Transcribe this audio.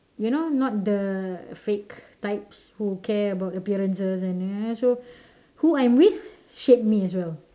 you know not the fake types who care about appearances and err so who I'm with shape me as well